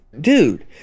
dude